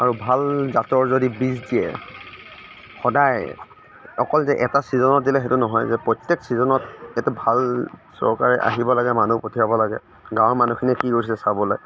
আৰু ভাল জাতৰ যদি বীজ দিয়ে সদায় অকল যে এটা চীজনত দিলে সেইটো নহয় যে প্ৰত্য়েক চীজনত এইটো ভাল চৰকাৰে আহিব লাগে মানুহ পঠিয়াব লাগে গাঁৱৰ মানুহখিনিৰ কি হৈছে চাবলৈ